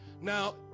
Now